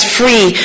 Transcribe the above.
free